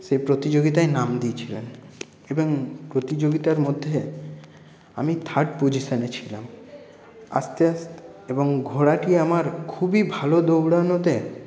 সেই প্রতিযোগিতায় নাম দিয়েছিলেন এবং প্রতিযোগিতার মধ্যে আমি থার্ড পজিশানে ছিলাম আস্তে এবং ঘোড়াটি আমার খুবই ভালো দৌড়ানোতে